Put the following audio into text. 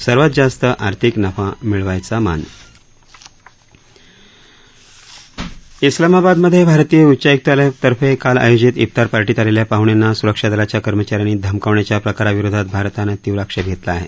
सर्वात जास्त आर्थिक नफा मिळवायचा मान सिलामाबादमधे भारतीय उच्चायुक्तालयातर्फे काल आयोजित फि्तार पार्टीत आलेल्या पाहुण्यांना सुरक्षा दलाच्या कर्मचा यांनी धमकावण्याच्या प्रकाराविरोधात भारतानं तीव्र आक्षेप नोंदवला आहे